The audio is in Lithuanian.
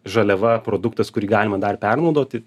žaliava produktas kurį galima dar pernaudoti